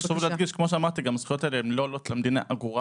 חשוב להדגיש שהזכויות האלה לא עולות אגורה למדינה,